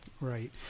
Right